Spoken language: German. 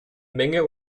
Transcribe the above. menge